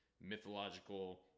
mythological